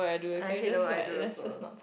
I hate the work I do also